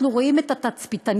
אנחנו רואים את התצפיתניות